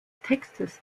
textes